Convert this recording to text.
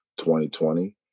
2020